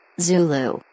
Zulu